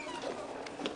ננעלה בשעה 12:47.